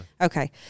Okay